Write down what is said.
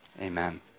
Amen